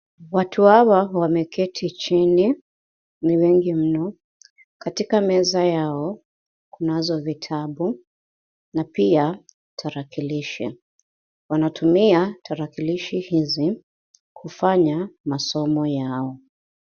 Watu hawa wameketi chini, ni wengi mno. Katika meza yao kunazo vitabu na pia tarakilishi. Wanatumia tarakilishi hizi kufanya masomo yao.